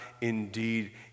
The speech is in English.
indeed